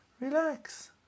relax